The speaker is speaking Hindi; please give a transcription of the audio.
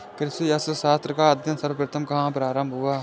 कृषि अर्थशास्त्र का अध्ययन सर्वप्रथम कहां प्रारंभ हुआ?